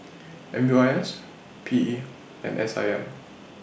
M U I S P E and S I M